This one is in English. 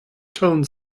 tone